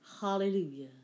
hallelujah